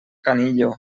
canillo